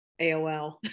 AOL